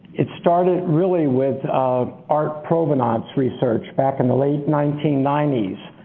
it started really with art provenance research back in the late nineteen ninety s.